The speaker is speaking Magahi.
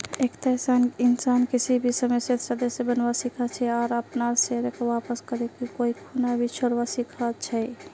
एकता इंसान किसी भी समयेत सदस्य बनवा सीखा छे आर अपनार शेयरक वापस करे कोई खूना भी छोरवा सीखा छै